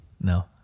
No